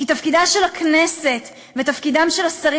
כי תפקידה של הכנסת ותפקידם של השרים